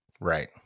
Right